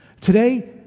Today